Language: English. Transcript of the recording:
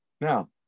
Now